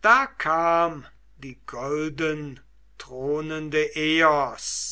da kam die goldenthronende eos